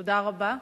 תודה רבה.